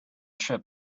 trip